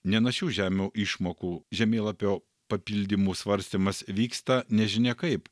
nenašių žemių išmokų žemėlapio papildymų svarstymas vyksta nežinia kaip